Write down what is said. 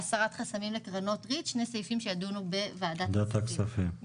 והסרת חסמים לקרנות ריט שני סעיפים שיידונו בוועדת הכספים.